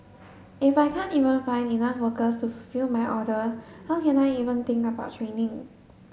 if I can't even find enough workers to fulfil my order how can I even think about training